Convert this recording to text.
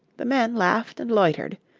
the men laughed and loitered.